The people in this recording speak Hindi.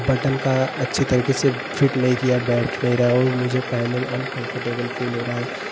बटन का अच्छी तरीके से फिट नहीं किया बैठ नहीं रहा है और मुझे पहनने में अनकंफरटेबल फील हो रहा है